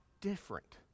different